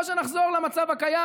או שנחזור למצב הקיים,